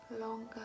longer